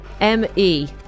M-E